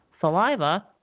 saliva